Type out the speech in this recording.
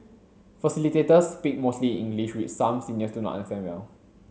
facilitators speak mostly in English which some seniors do not understand well